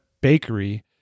bakery